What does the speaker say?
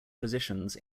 positions